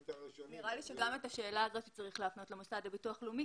נראה לי שגם את השאלה הזאת צריך להפנות למוסד לביטוח לאומי.